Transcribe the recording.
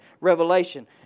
revelation